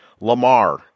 Lamar